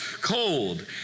Cold